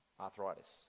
arthritis